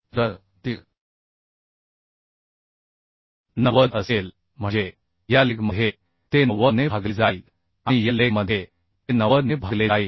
तर ते 90 असेल म्हणजे या लेगमध्ये ते 90 ने भागले जाईल आणि या लेगमध्ये ते 90 ने भागले जाईल